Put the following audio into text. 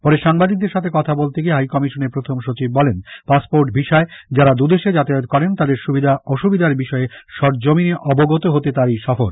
পরে সাংবাদিকদের সাথে কথা বলতে গিয়ে হাইকমিশনের প্রথম সচিব বলেন পাসপোর্ট ভিসায় যারা দুদেশে যাতায়াত করেন তাদের সুবিধা অসুবিধার বিষয়ে সরজমিনে অবগত হতে তাঁর এই সফর